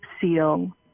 seal